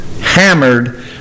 hammered